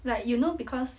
like you know because